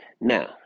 Now